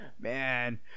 Man